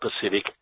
Pacific